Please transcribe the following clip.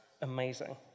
Amazing